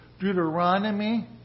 Deuteronomy